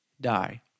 die